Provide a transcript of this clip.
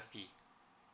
fee